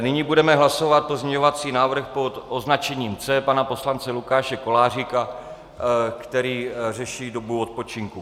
Nyní budeme hlasovat pozměňovací návrh pod označením C pana poslance Lukáše Koláříka, který řeší dobu odpočinku.